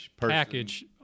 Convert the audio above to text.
package